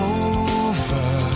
over